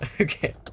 Okay